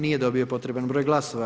Nije dobio potreban broj glasova.